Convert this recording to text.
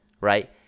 right